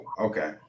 okay